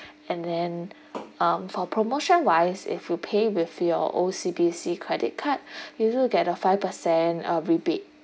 and then um for promotion wise if you pay with your O_C_B_C credit card you will get a five percent uh rebate